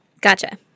Gotcha